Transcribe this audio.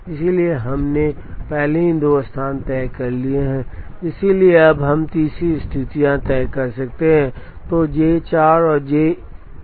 इसलिए हमने पहले ही दो स्थान तय कर लिए हैं इसलिए हम अब तीसरी स्थिति तय कर सकते हैं